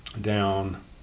down